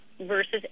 versus